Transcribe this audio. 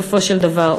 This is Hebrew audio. בסופו של דבר,